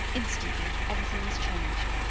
instantly everything was changed.